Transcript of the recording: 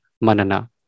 manana